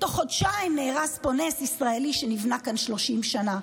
בתוך חודשיים נהרס פה נס ישראלי שנבנה כאן 30 שנה.